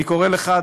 אני קורא לך,